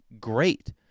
great